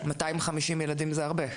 מאתיים חמישים ילדים זה הרבה.